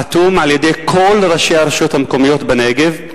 החתום על-ידי כל ראשי הרשויות המקומיות בנגב,